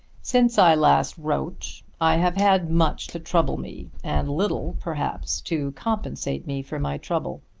since i last wrote i have had much to trouble me and little perhaps to compensate me for my trouble.